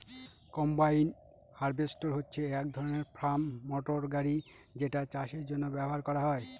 combine harvester হচ্ছে এক ধরনের ফার্ম মটর গাড়ি যেটা চাষের জন্য ব্যবহার করা হয়